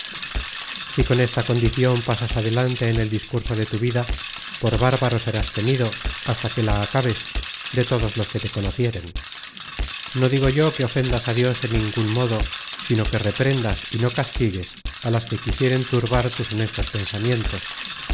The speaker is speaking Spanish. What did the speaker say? si con esta condicion pasas adelante en el discurso de tu vida por bárbaro serás tenido hasta que la acabes de todos los que te conocieren no digo yo que ofendas á dios en ningun modo sino que reprendas y no castigues á las que quisieren turbar tus honestos pensamientos